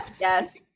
Yes